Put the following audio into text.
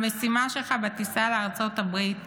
המשימה שלך בטיסה לארצות הברית